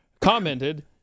commented